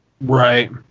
Right